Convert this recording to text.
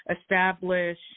establish